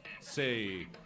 Say